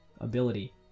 ability